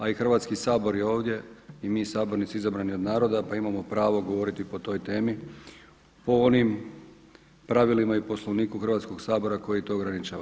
A i Hrvatski sabor je ovdje i mi sabornici izabrani od naroda pa imamo pravo govoriti o toj temi po onim pravilima i Poslovniku Hrvatskog sabora koji to ograničava.